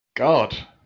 God